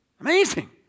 Amazing